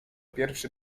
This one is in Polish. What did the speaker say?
pierwszy